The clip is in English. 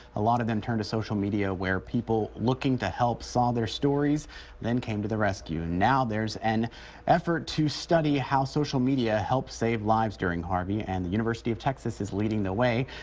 a lot of them turned to social media where people looking to help saw their stories then came to the rescue and now. there's an effort to study how social media helped save lives during harvey and the university of texas is leading the way.